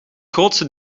grootste